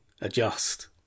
adjust